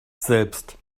selbst